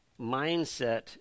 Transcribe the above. mindset